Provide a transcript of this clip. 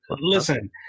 Listen